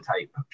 type